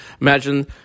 Imagine